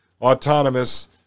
autonomous